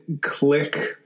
click